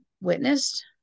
witnessed